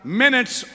minutes